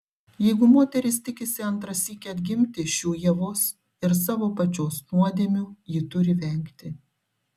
jeigu moteris tikisi antrą sykį atgimti šių ievos ir savo pačios nuodėmių ji turi vengti